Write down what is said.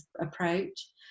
approach